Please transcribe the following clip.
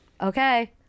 okay